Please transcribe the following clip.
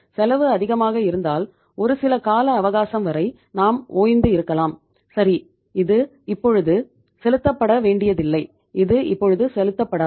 செலவு அதிகமாக இருந்தால் ஒரு சில கால அவகாசம் வரை நாம் ஓய்ந்து இருக்கலாம் சரி இது இப்போது செலுத்தப்படப் வேண்டியதில்லை இது இப்போது செலுத்தப்படாது